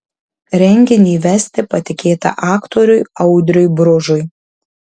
renginį vesti patikėta aktoriui audriui bružui